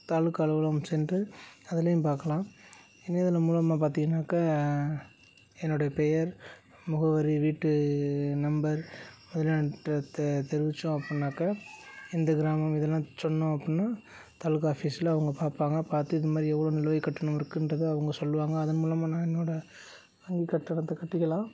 தாலுகா அலுவலகம் சென்று அதுலேயும் பார்க்கலாம் இணையதளம் மூலமாக பார்த்திங்கனாக்கா என்னுடைய பெயர் முகவரி வீட்டு நம்பர் அதெல்லாம் தெ தெரிவித்தோம் அப்பிடினாக்கா எந்த கிராமம் இதெல்லாம் சொன்னோம் அப்பிடினா தாலுகா ஆஃபிஸில் அவங்க பார்ப்பாங்க பார்த்து இது மாதிரி எவ்வளோ நிலுவை கட்டணம் இருக்குன்றதை அவங்க சொல்வாங்க அதன் மூலமாக நான் என்னோடய வங்கி கட்டணத்தை கட்டிக்கலாம்